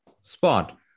spot